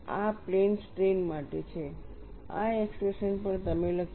આ plane strain માટે છે આ એક્સપ્રેશન પણ તમે લખ્યું છે